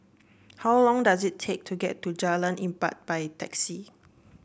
how long does it take to get to Jalan Empat by taxi